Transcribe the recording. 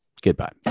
Goodbye